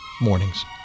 mornings